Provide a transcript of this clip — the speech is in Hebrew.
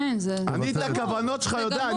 אני את הכוונות שלך יודע,